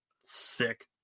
sick